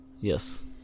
Yes